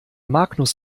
magnus